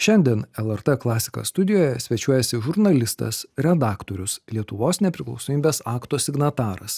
šiandien lrt klasika studijoje svečiuojasi žurnalistas redaktorius lietuvos nepriklausomybės akto signataras